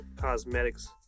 cosmetics